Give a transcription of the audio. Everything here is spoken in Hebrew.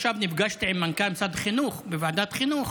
עכשיו נפגשתי עם מנכ"ל משרד החינוך בוועדת החינוך,